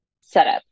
setup